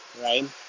right